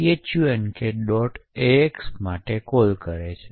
ax માટે call છે